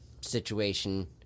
situation